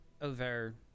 over